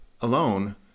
alone